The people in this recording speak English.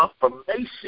confirmation